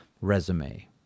resume